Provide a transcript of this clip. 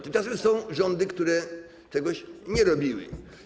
Tymczasem są rządy, które czegoś nie robiły.